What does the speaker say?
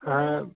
हाँ